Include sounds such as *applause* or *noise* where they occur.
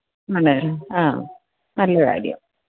*unintelligible* ആ നല്ല കാര്യം